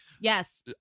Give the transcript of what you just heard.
Yes